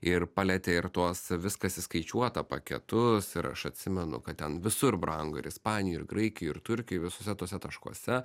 ir palietė ir tuos viskas įskaičiuota paketus ir aš atsimenu kad ten visur brangu ir ispanijoj ir graikijoj ir turkijoj visuose tuose taškuose